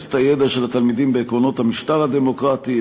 את הידע של התלמידים בעקרונות המשטר הדמוקרטי,